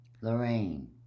Lorraine